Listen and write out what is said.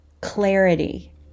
clarity